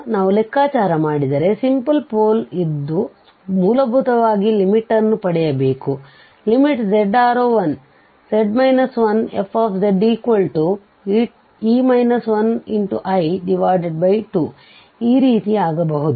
ನಾವು ಲೆಕ್ಕಾಚಾರ ಮಾಡಿದರೆ ಸಿಂಪಲ್ ಪೋಲ್ ಇದ್ದು ಮೂಲಭೂತವಾಗಿ ಲಿಮಿಟ್ ನ್ನು limit ಪಡೆಯಬೇಕು z→1z 1fze 1i2 ಈ ರೀತಿಯಾಗುವುದು